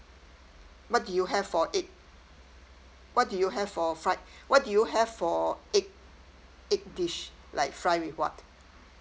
what do you have for egg what do you have for fried what do you have for egg egg dish like fried with what